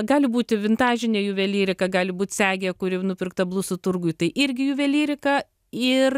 gali būti vintažinė juvelyrika gali būt segė kuri nupirkta blusų turguj tai irgi juvelyrika ir